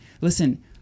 listen